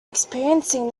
experiencing